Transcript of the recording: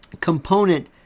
component